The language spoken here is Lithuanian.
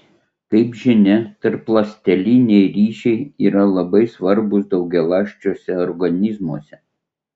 kaip žinia tarpląsteliniai ryšiai yra labai svarbūs daugialąsčiuose organizmuose